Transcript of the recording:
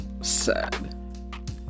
sad